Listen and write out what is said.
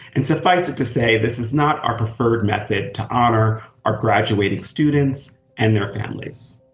and suffice it to say this is not our preferred method to honor our graduating students and their families.